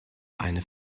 eine